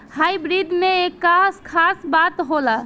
Hybrid में का खास बात होला?